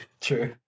true